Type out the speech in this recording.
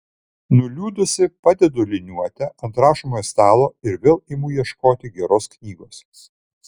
nuliūdusi padedu liniuotę ant rašomojo stalo ir vėl imu ieškoti geros knygos